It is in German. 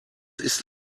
ist